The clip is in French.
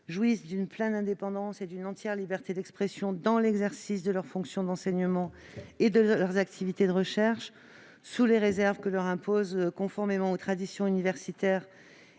jouissent d'une pleine indépendance et d'une entière liberté d'expression dans l'exercice de leurs fonctions d'enseignement et de leurs activités de recherche, sous les réserves que leur imposent, conformément aux traditions universitaires